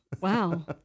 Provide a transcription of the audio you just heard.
wow